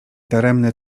daremny